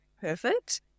perfect